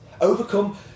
overcome